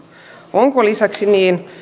onko lisäksi niin